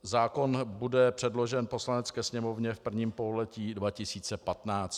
Zákon bude předložen Poslanecké sněmovně v prvním pololetí 2015.